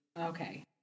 Okay